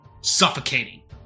suffocating